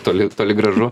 toli toli gražu